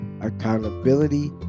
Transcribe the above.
accountability